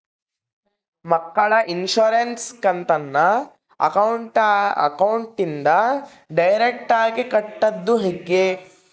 ಮಕ್ಕಳ ಇನ್ಸುರೆನ್ಸ್ ಕಂತನ್ನ ಅಕೌಂಟಿಂದ ಡೈರೆಕ್ಟಾಗಿ ಕಟ್ಟೋದು ಹೆಂಗ?